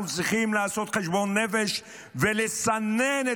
אנחנו צריכים לעשות חשבון נפש ולסנן את